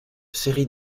série